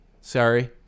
Sorry